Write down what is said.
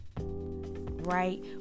Right